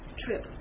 trip